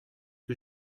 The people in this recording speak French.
que